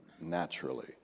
naturally